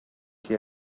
què